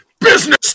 Business